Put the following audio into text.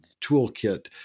toolkit